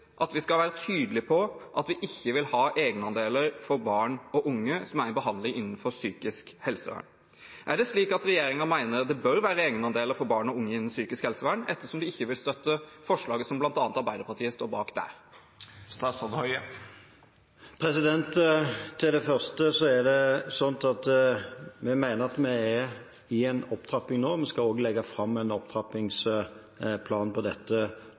at vi skal være tydelige på at vi ikke vil ha egenandeler for barn og unge som er i behandling innenfor psykisk helsevern. Er det slik at regjeringen mener det bør være egenandeler for barn og unge innen psykisk helsevern, ettersom de ikke vil støtte forslaget som bl.a. Arbeiderpartiet står bak? Når det gjelder det første, mener vi at vi nå er i en opptrapping, og vi skal legge fram en opptrappingsplan på dette